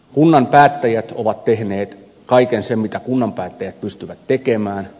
kunnan päättäjät ovat tehneet kaiken sen mitä kunnanpäättäjät pystyvät tekemään